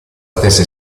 stessa